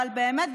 אבל באמת,